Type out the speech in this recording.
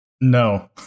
No